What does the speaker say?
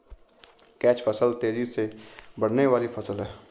catch फसल तेजी से बढ़ने वाली फसल है